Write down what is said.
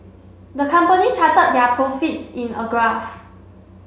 the company charted their profits in a graph